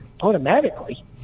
automatically